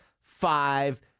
five